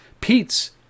Pete's